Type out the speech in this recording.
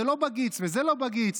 זה לא בגיץ וזה לא בגיץ.